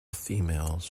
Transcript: females